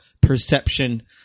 perception